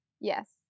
Yes